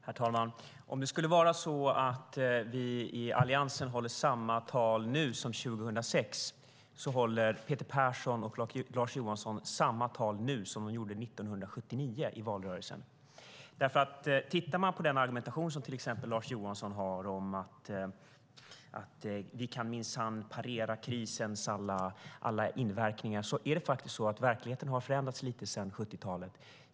Herr talman! Om det skulle vara så att vi i Alliansen håller samma tal nu som 2006 håller Peter Persson och Lars Johansson samma tal nu som i valrörelsen 1979. Lyssnar man på den argumentation som till exempel Lars Johansson har om att man minsann kan parera krisens alla inverkningar, måste jag faktiskt säga att verkligheten har förändrats lite grann sedan 70-talet.